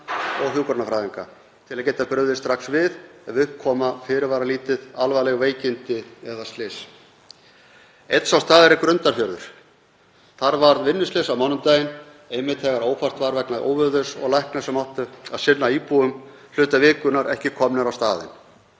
og hjúkrunarfræðinga til að geta brugðist strax við ef fyrirvaralítið koma upp alvarleg veikindi eða slys. Einn sá staður er Grundarfjörður. Þar varð vinnuslys á mánudaginn, einmitt þegar ófært var vegna óveðurs og læknar sem áttu að sinna íbúum hluta vikunnar voru ekki komnir á staðinn.